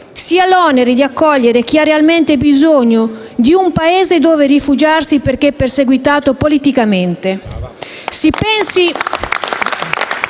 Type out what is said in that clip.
sia l'onere di accogliere chi ha realmente bisogno di un Paese dove rifugiarsi perché perseguitato politicamente.